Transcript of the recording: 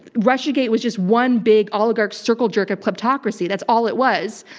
russiagate was just one big oligarch circlejerk of kleptocracy. that's all it was.